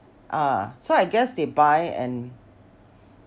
ah so I guess they buy and